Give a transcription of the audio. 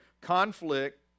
Conflict